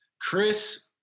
Chris